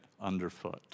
underfoot